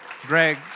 Greg